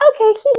okay